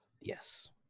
Yes